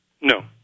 No